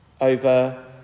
over